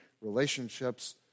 relationships